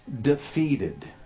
defeated